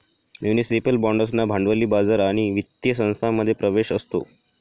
municipal बाँड्सना भांडवली बाजार आणि वित्तीय संस्थांमध्ये प्रवेश असतो